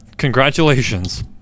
Congratulations